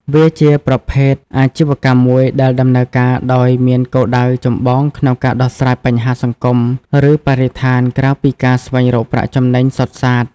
វាជាប្រភេទអាជីវកម្មមួយដែលដំណើរការដោយមានគោលដៅចម្បងក្នុងការដោះស្រាយបញ្ហាសង្គម ឬបរិស្ថាន ក្រៅពីការស្វែងរកប្រាក់ចំណេញសុទ្ធសាធ។